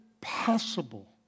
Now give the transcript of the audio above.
possible